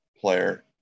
player